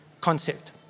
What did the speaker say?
concept